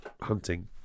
hunting